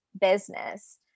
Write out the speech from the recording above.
business